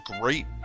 great